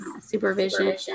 supervision